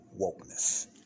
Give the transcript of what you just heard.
wokeness